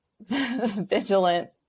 vigilant